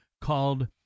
called